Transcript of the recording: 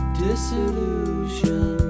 disillusion